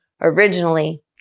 originally